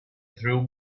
through